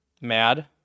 mad